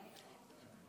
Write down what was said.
הוא